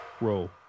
Roll